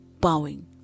bowing